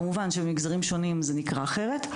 כמובן שבמגזרים שונים זה נקרא אחרת,